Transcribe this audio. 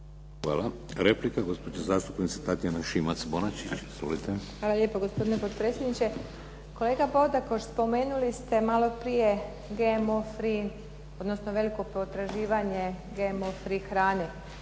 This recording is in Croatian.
Izvolite. **Šimac Bonačić, Tatjana (SDP)** Hvala lijepo, gospodine potpredsjedniče. Kolega Bodakoš, spomenuli ste maloprije GMO free, odnosno veliko potraživanje GMO free hrane.